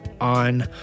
on